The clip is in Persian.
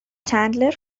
چندلر